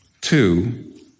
two